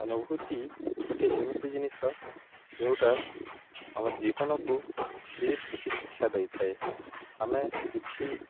ଅନୁଭୂତି ଗୋଟେ ଏମିତି ଜିନିଷ ଯେଉଟା ଆମ ଜୀବନକୁ ବେଶ କିଛି ଶିକ୍ଷା ଦେଇଥାଏ ଆମେ କିଛି